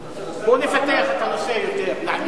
בואו נפתח את הנושא יותר, נעמיק.